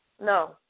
no